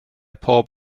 pob